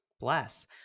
bless